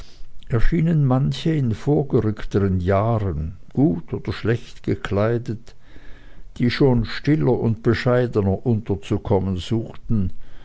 erschienen manche in vorgerückteren jahren gut oder schlecht gekleidet die schon stiller und bescheidener unterzukommen suchten